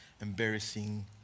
embarrassing